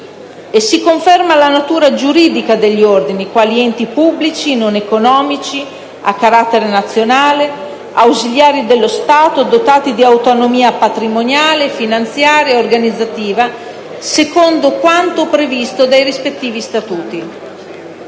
Si conferma la natura giuridica degli ordini quali enti pubblici non economici, a carattere nazionale, ausiliari dello Stato, dotati di autonomia patrimoniale, finanziaria e organizzativa, secondo quanto previsto dai rispettivi statuti.